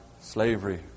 slavery